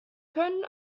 können